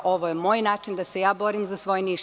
Ovo je moj način da se ja borim za svoj Niš.